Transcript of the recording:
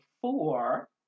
four